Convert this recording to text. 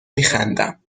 میخندم